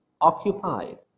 occupied